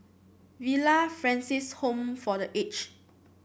Villa Francis Home for The Age